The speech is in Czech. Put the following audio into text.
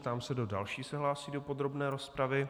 Ptám se, kdo další se hlásí do podrobné rozpravy.